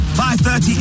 5:30